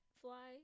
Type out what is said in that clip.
fly